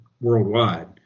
worldwide